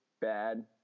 bad